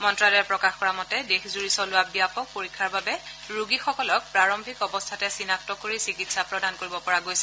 মন্ত্যালয়ে প্ৰকাশ কৰা মতে দেশজূৰি চলোৱা ব্যাপক পৰীক্ষাৰ বাবে ৰোগীসকলক প্ৰাৰম্ভিক অৱস্থাতে চিনাক্ত কৰি চিকিৎসা প্ৰদান কৰিব পৰা গৈছে